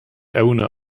owner